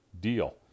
deal